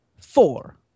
Four